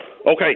Okay